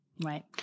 Right